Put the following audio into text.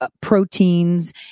proteins